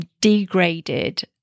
degraded